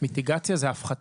מטיגציה זה הפחתה.